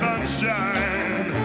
Sunshine